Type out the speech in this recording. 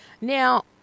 Now